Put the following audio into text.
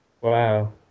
Wow